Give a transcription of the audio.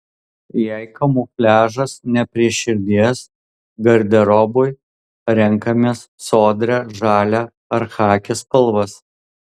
jei kamufliažas ne prie širdies garderobui renkamės sodrią žalią ar chaki spalvas